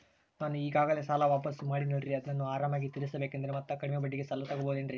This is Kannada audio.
ನಾನು ಈಗಾಗಲೇ ಸಾಲ ವಾಪಾಸ್ಸು ಮಾಡಿನಲ್ರಿ ಅದನ್ನು ಆರಾಮಾಗಿ ತೇರಿಸಬೇಕಂದರೆ ಮತ್ತ ಕಮ್ಮಿ ಬಡ್ಡಿಗೆ ಸಾಲ ತಗೋಬಹುದೇನ್ರಿ?